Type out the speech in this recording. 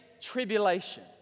Tribulation